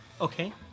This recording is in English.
Okay